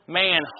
man